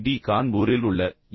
D கான்பூரில் உள்ள என்